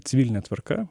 civiline tvarka